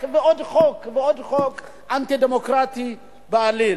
ועוד חוק ועוד חוק אנטי-דמוקרטי בעליל?